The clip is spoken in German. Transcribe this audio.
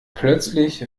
plötzlich